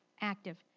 active